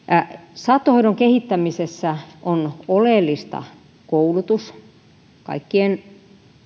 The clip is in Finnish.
saattohoidon kehittämisessä on oleellista koulutus kaikkien